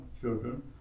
children